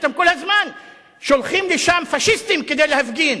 אתם כל הזמן שולחים לשם פאשיסטים כדי להפגין,